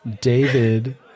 David